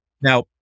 Now